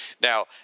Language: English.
Now